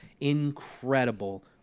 incredible